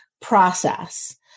process